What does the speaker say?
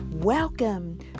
Welcome